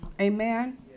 Amen